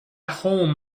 home